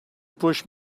push